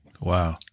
Wow